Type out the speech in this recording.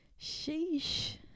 sheesh